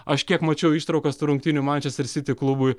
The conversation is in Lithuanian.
aš kiek mačiau ištraukas tų rungtynių mančester siti klubui